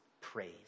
praise